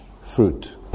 fruit